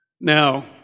Now